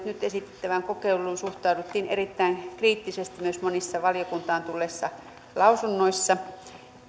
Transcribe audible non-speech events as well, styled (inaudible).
(unintelligible) nyt esitettävään kokeiluun suhtauduttiin erittäin kriittisesti myös monissa valiokuntaan tulleissa lausunnoissa